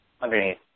underneath